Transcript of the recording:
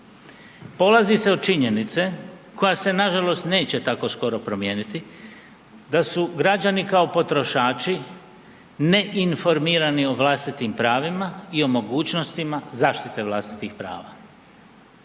Polazi se od činjenice koja se nažalost neće tako skoro promijeniti da su građani kao potrošači ne informirani o vlastitim pravima i o mogućnostima zaštite vlastitih prava.